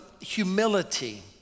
humility